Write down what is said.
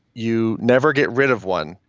you never get rid of one,